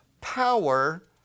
power